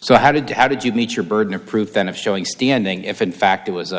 so how did you how did you meet your burden of proof then of showing standing if in fact it was